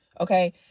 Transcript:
Okay